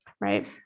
Right